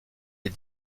les